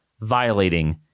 violating